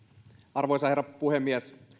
arvoisa herra puhemies